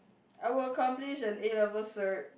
I will accomplish an A-level cert